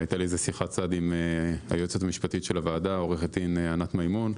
היתה לי שיחת צד עם היועצת המשפטית של הוועדה עו"ד ענת מימון.